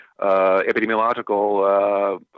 epidemiological